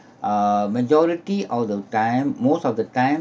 uh majority of the time most of the time